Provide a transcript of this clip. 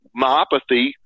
myopathy